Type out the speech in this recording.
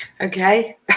Okay